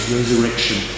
resurrection